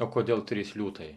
o kodėl trys liūtai